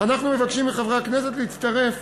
אנחנו מבקשים מחברי הכנסת להצטרף